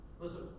Listen